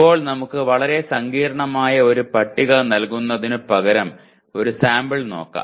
ഇപ്പോൾ നമുക്ക് വളരെ സങ്കീർണ്ണമായ ഒരു പട്ടിക നൽകുന്നതിനുപകരം ഒരു സാമ്പിൾ നോക്കാം